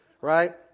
Right